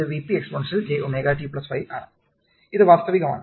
ഇത് Vp exponential jωt5 ആണ് ഇത് വാസ്തവികം ആണ്